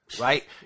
right